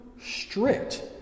strict